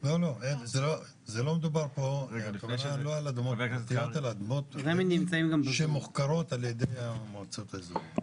מדובר פה על אדמות שמוחכרות על ידי המועצות האזוריות.